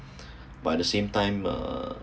but the same time uh